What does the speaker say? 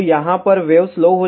तो यहाँ पर वेव स्लो हो जाती है